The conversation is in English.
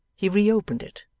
he re-opened it,